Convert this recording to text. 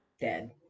Dead